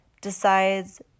decides